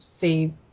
see